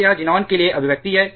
तो यह ज़ीनान के लिए अभिव्यक्ति है